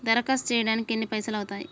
దరఖాస్తు చేయడానికి ఎన్ని పైసలు అవుతయీ?